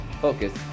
focus